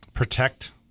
protect